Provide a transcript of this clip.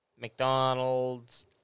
McDonald's